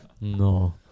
no